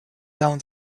down